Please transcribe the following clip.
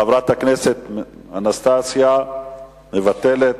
חברת הכנסת אנסטסיה מיכאלי, מבטלת,